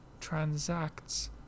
transacts